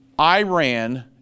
Iran